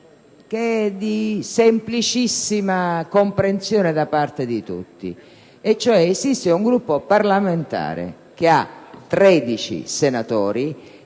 che è di semplicissima comprensione da parte di tutti: esiste cioè un Gruppo parlamentare con 13 senatori